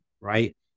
right